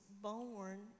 born